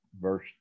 Verse